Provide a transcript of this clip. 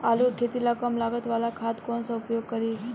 आलू के खेती ला कम लागत वाला खाद कौन सा उपयोग करी?